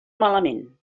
malament